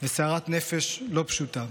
וסערת נפש לא פשוטה.